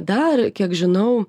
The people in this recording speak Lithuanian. dar kiek žinau